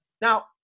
Now